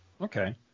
Okay